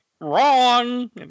wrong